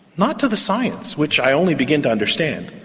not to the science, which i only begin to understand,